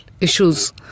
issues